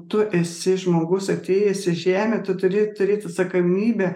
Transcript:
tu esi žmogus atėjęs į žemę tu turi turėt atsakomybę